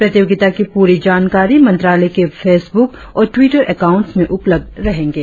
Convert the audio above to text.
प्रतियोगिता की पूरी जानकारी मंत्रालय की फेसबुक और ट्विटर अकाउन्ट्स में उपलब्ध रहेंगे